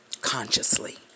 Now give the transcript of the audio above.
Consciously